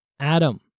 Adam